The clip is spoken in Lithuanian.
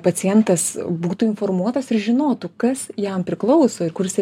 pacientas būtų informuotas ir žinotų kas jam priklauso ir kur jisai